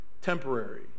temporary